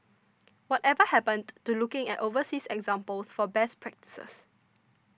whatever happened to looking at overseas examples for best practices